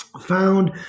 found